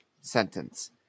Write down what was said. sentence